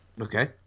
Okay